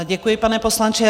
Děkuji, pane poslanče.